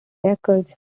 records